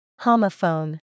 Homophone